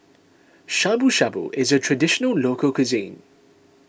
Shabu Shabu is a Traditional Local Cuisine